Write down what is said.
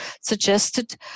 suggested